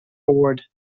ford